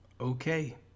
okay